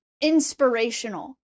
inspirational